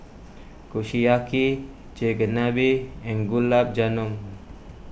Kushiyaki Chigenabe and Gulab Jamun